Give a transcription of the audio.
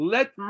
Let